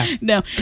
No